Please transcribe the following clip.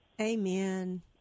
Amen